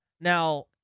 Now